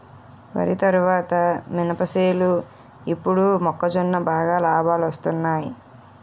వరి తరువాత మినప సేలు ఇప్పుడు మొక్కజొన్న బాగా లాబాలొస్తున్నయ్